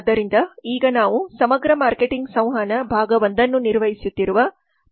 ಆದ್ದರಿಂದ ಈಗ ನಾವು ಸಮಗ್ರ ಮಾರ್ಕೆಟಿಂಗ್ ಸಂವಹನ ಭಾಗ 1 ಅನ್ನು ನಿರ್ವಹಿಸುತ್ತಿರುವ ಪಾಠ ಸಂಖ್ಯೆ 28 ಅನ್ನು ನೋಡುತ್ತೇವೆ